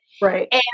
Right